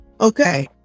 Okay